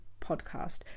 podcast